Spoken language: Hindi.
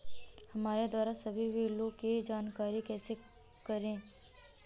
हमारे द्वारा सभी बिलों की जानकारी कैसे प्राप्त करें?